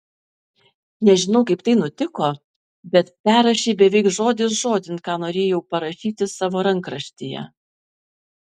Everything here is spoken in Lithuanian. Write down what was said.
nežinau kaip tai nutiko bet perrašei beveik žodis žodin ką norėjau parašyti savo rankraštyje